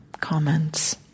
comments